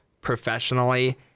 professionally